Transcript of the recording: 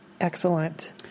Excellent